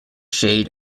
shade